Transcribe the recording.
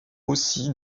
aussi